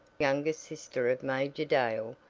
youngest sister of major dale,